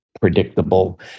predictable